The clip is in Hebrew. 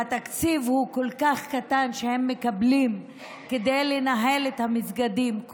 התקציב שהם מקבלים כדי לנהל את המסגדים הוא כל כך קטן,